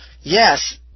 yes